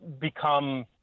become